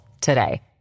today